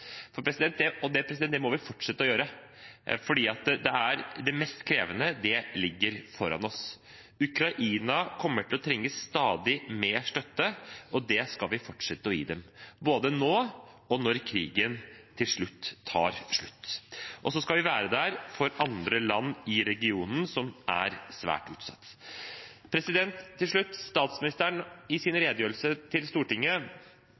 Det må vi fortsette å gjøre, for det mest krevende ligger foran oss. Ukraina kommer til å trenge stadig mer støtte, og det skal vi fortsette å gi dem, både nå og når krigen til slutt tar slutt. Og så skal vi være der for andre land i regionen som er svært utsatt. Til slutt: I statsministerens redegjørelse til Stortinget